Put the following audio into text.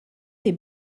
des